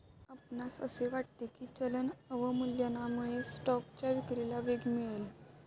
आपणास असे वाटते की चलन अवमूल्यनामुळे स्टॉकच्या विक्रीला वेग मिळेल?